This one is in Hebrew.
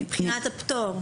מבחינת הפטור.